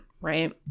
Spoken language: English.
right